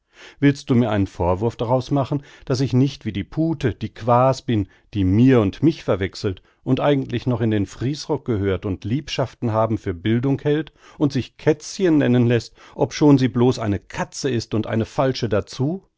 willst du mir einen vorwurf daraus machen daß ich nicht wie die pute die quaas bin die mir und mich verwechselt und eigentlich noch in den friesrock gehört und liebschaftenhaben für bildung hält und sich kätzchen nennen läßt obschon sie blos eine katze ist und eine falsche dazu